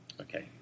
Okay